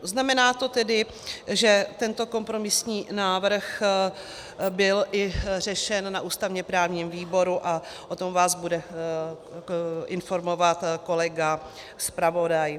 Znamená to tedy, že tento kompromisní návrh byl i řešen na ústavněprávním výboru a o tom vás bude informovat kolega zpravodaj.